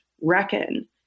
reckon